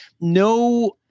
No